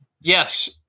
Yes